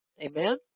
Amen